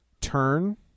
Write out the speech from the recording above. turn